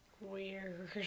Weird